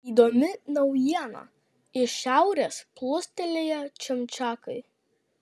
įdomi naujiena iš šiaurės plūstelėję čimčiakai